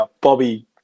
Bobby